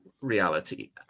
reality